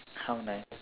how nice